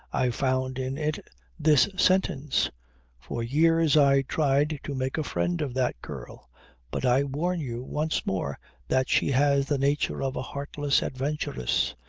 i found in it this sentence for years i tried to make a friend of that girl but i warn you once more that she has the nature of a heartless adventuress.